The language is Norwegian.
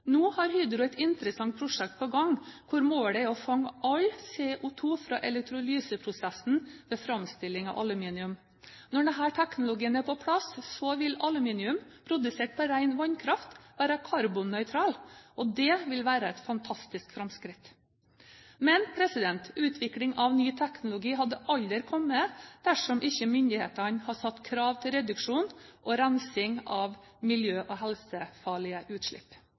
Nå har Hydro et interessant prosjekt på gang, hvor målet er å fange all CO2 fra elektrolyseprosessen ved framstilling av aluminium. Når denne teknologien er på plass, vil aluminium produsert på ren vannkraft være karbonnøytral. Det vil være et fantastisk framskritt. Men utvikling av ny teknologi hadde aldri kommet dersom ikke myndighetene hadde satt krav til reduksjon og rensing av miljø- og helsefarlige utslipp.